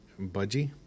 Budgie